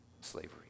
slavery